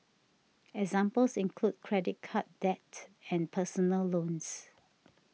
examples include credit card debt and personal loans